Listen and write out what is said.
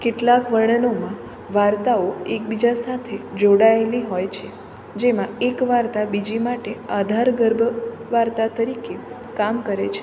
કેટલાંક વર્ણનોમાં વાર્તાઓ એકબીજા સાથે જોડાયેલી હોય છે જેમાં એક વાર્તા બીજી માટે આધાર ગર્ભ વાર્તા તરીકે કામ કરે છે